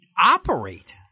operate